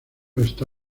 está